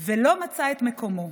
ולא מצא את מקומו.